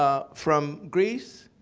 ah from greece,